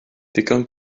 digon